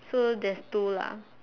so there's two lah